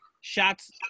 shots